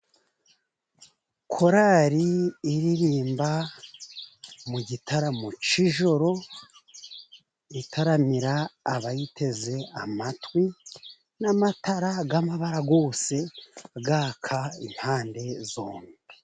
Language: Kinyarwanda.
Korali iririmba mu gitaramo cy'ijoro itaramira abayiteze amatwi, n'amatara y'amabara yose yaka impande zombi.